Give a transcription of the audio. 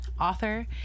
author